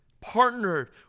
partnered